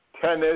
Tennis